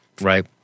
Right